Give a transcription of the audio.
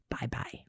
Bye-bye